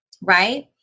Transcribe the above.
right